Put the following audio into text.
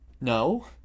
No